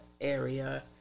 area